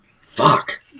Fuck